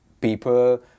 people